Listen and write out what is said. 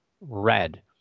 red